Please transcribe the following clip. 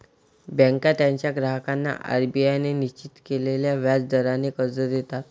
बँका त्यांच्या ग्राहकांना आर.बी.आय ने निश्चित केलेल्या व्याज दराने कर्ज देतात